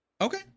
Okay